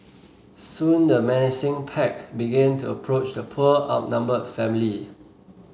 soon the menacing pack began to approach the poor outnumbered family